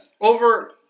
over